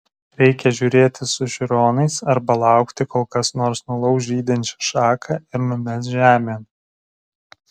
reikia žiūrėti su žiūronais arba laukti kol kas nors nulauš žydinčią šaką ir numes žemėn